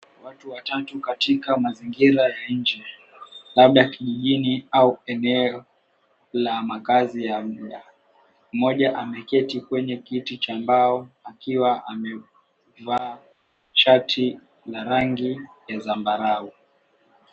Watu watatu katika mazingira ya nje labda kijijini au eneo la makazi ya muda. Mmoja ameketi kwenye kiti cha mbao akiwa amevaa shati la rangi ya zambarau.